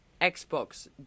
Xbox